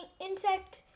insect